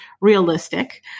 realistic